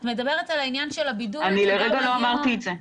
את מדברת על העניין של הבידוד --- לרגע לא אמרתי את זה.